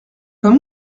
comme